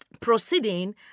proceeding